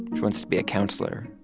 she wants to be a counselor.